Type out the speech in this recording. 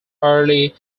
early